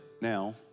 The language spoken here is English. now